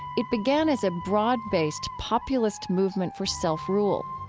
it began as a broad-based, populist movement for self-rule,